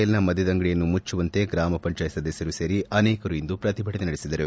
ಎಲ್ನ ಮದ್ಭದಂಗಡಿಯನ್ನು ಮುಚ್ಚುವಂತೆ ಗ್ರಾಮ ಪಂಚಾಯತ್ ಸದಸ್ಗರು ಸೇರಿ ಅನೇಕರು ಇಂದು ಪ್ರತಿಭಟನೆ ನಡೆಸಿದ್ದಾರೆ